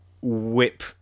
whip